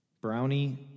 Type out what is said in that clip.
Brownie